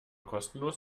kostenlos